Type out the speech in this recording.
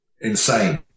insane